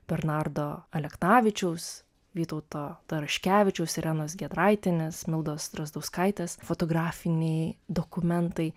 bernardo aleknavičiaus vytauto daraškevičiaus irenos giedraitienės mildos drazdauskaitės fotografiniai dokumentai